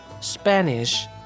Spanish